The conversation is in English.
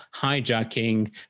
hijacking